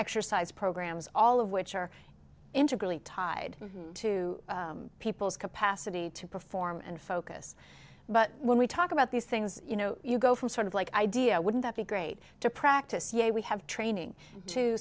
exercise programs all of which are integral tied to people's capacity to perform and focus but when we talk about these things you know you go from sort of like i did wouldn't that be great to practice yeah we have training to